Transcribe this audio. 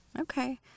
Okay